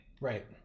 Right